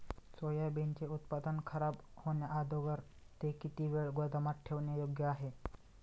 सोयाबीनचे उत्पादन खराब होण्याअगोदर ते किती वेळ गोदामात ठेवणे योग्य आहे?